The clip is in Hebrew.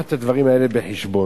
ולקחת את הדברים האלה בחשבון.